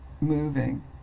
moving